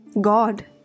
God